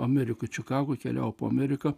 amerikoj čikagoj keliavo po ameriką